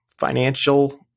financial